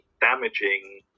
damaging